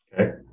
okay